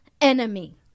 enemy